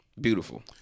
Beautiful